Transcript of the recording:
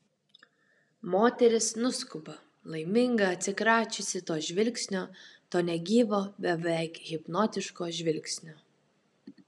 moteris nuskuba laiminga atsikračiusi to žvilgsnio to negyvo beveik hipnotiško žvilgsnio